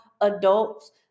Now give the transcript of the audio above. adults